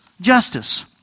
justice